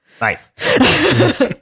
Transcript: nice